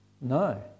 no